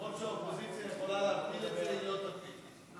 הצעת ועדת הפנים